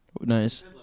Nice